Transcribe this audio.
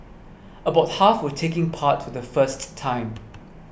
about half were taking part to the first time